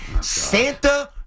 Santa